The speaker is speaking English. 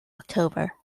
october